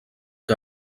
que